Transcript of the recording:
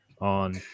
on